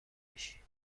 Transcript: بشی